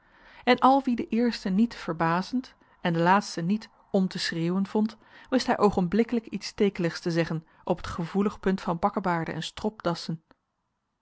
en al wie de eerste niet verbazend en de laatste niet om te schreeuwen vond wist hij oogenblikkelijk iets stekeligs te zeggen op het gevoelig punt van bakkebaarden en stropdassen